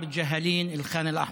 אל-ג'האלין, אל-ח'אן אל-אחמר.